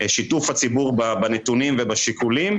שיתוף הציבור בנתונים ובשיקולים,